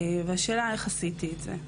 והשאלה איך עשיתי את זה.